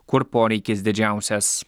kur poreikis didžiausias